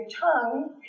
tongue